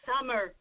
summer